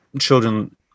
children